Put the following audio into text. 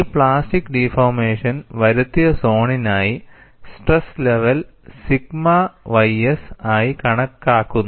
ഈ plastic deformation വരുത്തിയ സോണിനായി സ്ട്രെസ് ലെവൽ സിഗ്മ ys ആയി കണക്കാക്കുന്നു